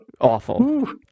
Awful